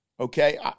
Okay